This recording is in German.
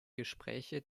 gespräche